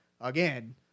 again